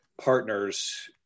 partners